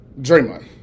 Draymond